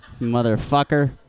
motherfucker